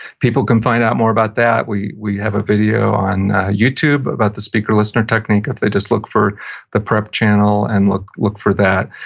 people can find out more about that, we we have a video on youtube about the speaker listener technique if they just look for the prep channel and look look for that.